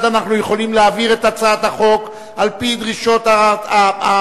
אנחנו יכולים להעביר את הצעת החוק על-פי דרישות המחלקה